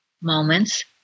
moments